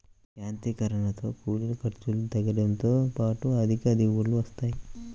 యాంత్రీకరణతో కూలీల ఖర్చులు తగ్గడంతో పాటు అధిక దిగుబడులు వస్తాయి